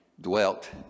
dwelt